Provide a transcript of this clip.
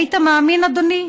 היית מאמין, אדוני,